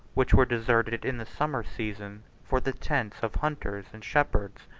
which were deserted in the summer season for the tents of hunters and shepherds.